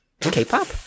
K-pop